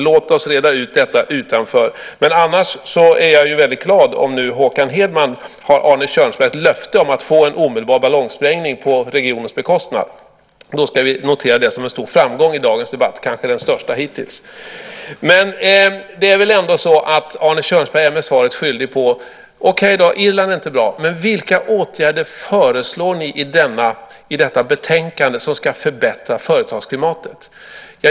Låt oss reda ut detta senare. Annars är jag väldigt glad om nu Håkan Hedman har Arne Kjörnsbergs löfte om att få en omedelbar ballongsprängning på regionens bekostnad. Jag noterar det som en stor framgång i dagens debatt, kanske den största hittills. Okej, Irland är inte något bra exempel. Men Arne Kjörnsberg är mig ändå svaret skyldig på frågan: Vilka åtgärder föreslår ni i detta betänkande som ska förbättra företagsklimatet?